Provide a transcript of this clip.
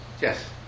Yes